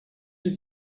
does